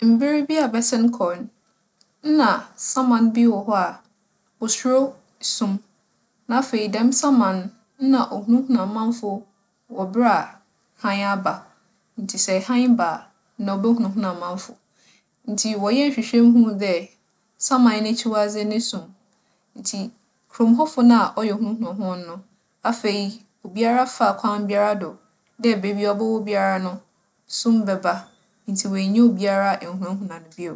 Mber bi a abɛsen kͻ no, nna saman bi wͻ hͻ a osuro sum. Na afei, dɛm saman no, nna ohunahuna amamfo wͻ ber a hann aba. Ntsi sɛ hann ba a na obohunahuna amamfo. Ntsi wͻyɛɛ nhwehwɛmu hun dɛ, saman n'ekyiwadze nye sum. Ntsi kurow mu hͻfo na a ͻyɛ a ohunahuna hͻn no, afei, obiara faa kwan biara do dɛ beebi a ͻbͻwͻ biara no, sum bɛba. Ntsi oennya obiara ennhunahuna no bio.